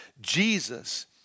Jesus